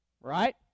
Right